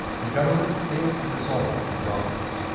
the government failed to resolve the problems.